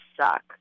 suck